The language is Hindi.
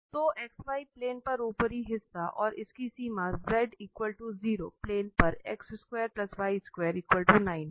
तो xy प्लेन पर ऊपरी हिस्सा और इसकी सीमा z 0 प्लेन पर है